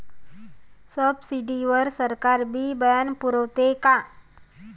Subsidy वर सरकार बी बियानं पुरवते का?